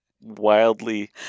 wildly